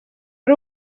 ari